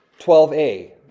12a